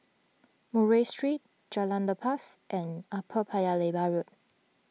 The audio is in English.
Murray Street Jalan Lepas and Upper Paya Lebar Road